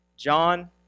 John